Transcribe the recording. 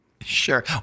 Sure